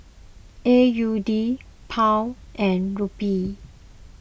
A U D Pound and Rupee